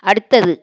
அடுத்தது